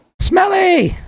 Smelly